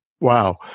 wow